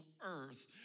earth